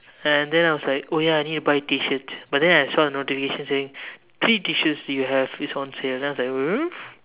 and then I was like oh ya I need to buy T-shirts but then I saw the notification saying three T-shirts you have is on sale then I was like hmm